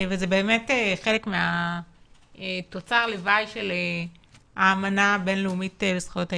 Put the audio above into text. וזה באמת חלק מתוצר הלוואי של האמנה הבינלאומית לזכויות הילד.